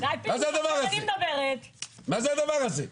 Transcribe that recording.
מה זה הדבר הזה?